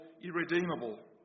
irredeemable